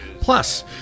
Plus